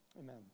amen